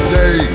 day